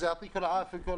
אז כל הכבוד,